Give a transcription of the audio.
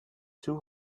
two